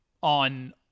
on